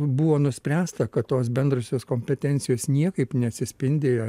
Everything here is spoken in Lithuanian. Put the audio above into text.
buvo nuspręsta kad tos bendrosios kompetencijos niekaip neatsispindi